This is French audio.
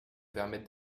permettre